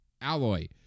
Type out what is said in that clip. alloy